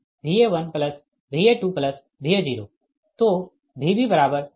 तो Vb2Va1βVa2Va0